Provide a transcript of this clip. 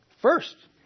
First